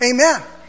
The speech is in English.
Amen